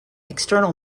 external